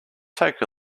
take